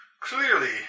Clearly